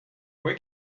where